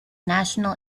national